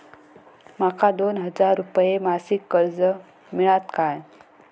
माका दोन हजार रुपये मासिक कर्ज मिळात काय?